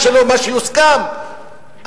מה שיוסכם,